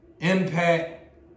impact